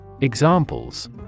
Examples